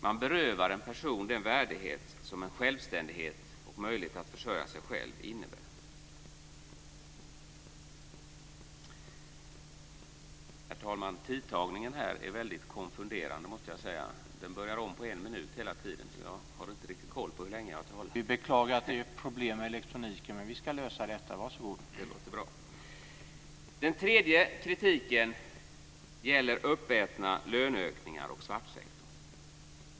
Man berövar en person den värdighet som självständighet och möjlighet att försörja sig själv innebär. Den tredje kritiken gäller uppätna löneökningar och svartsektorn.